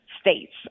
States